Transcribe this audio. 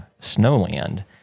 Snowland